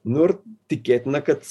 nur tikėtina kad